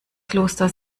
kloster